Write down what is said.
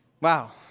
Wow